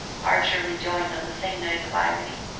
archer rejoined on the same note of irony.